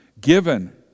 given